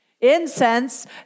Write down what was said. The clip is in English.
Incense